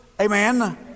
amen